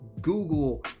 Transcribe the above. Google